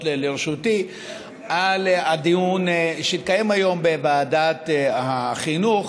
לרשותי לדיון שהתקיים היום בוועדת החינוך,